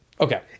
okay